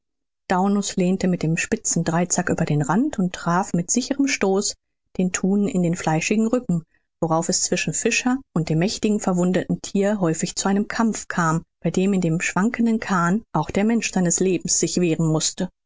daunus lehnte mit dem spitzigen dreizack über den rand und traf mit sicherem stoß den thun in den fleischigen rücken worauf es zwischen fischer und dem mächtigen verwundeten thier häufig zu einem kampf kam bei dem in dem schwankenden kahn auch der mensch seines lebens sich wehren mußte